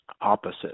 opposite